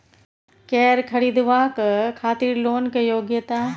कैर खरीदवाक खातिर लोन के योग्यता?